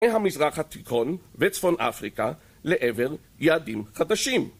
מהמזרח התיכון וצפון אפריקה לעבר יעדים חדשים